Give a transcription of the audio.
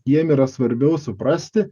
jiems yra svarbiau suprasti